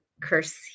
curse